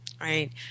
right